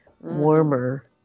warmer